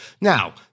Now